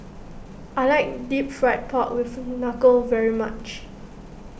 I like Deep Fried Pork with Knuckle very much